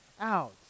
out